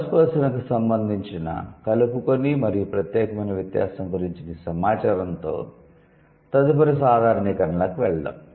first person కు సంబంధించిన 'కలుపుకొని మరియు ప్రత్యేకమైన వ్యత్యాసం' గురించిన ఈ సమాచారంతో తదుపరి సాధారణీకరణలకు వెళ్దాం